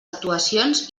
actuacions